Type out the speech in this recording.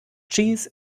cheese